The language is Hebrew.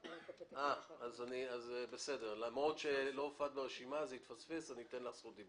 ב-20 דקות אי אפשר להספיק להציג